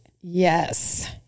Yes